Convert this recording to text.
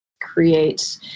create